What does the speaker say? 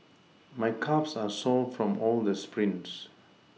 my calves are sore from all the sprints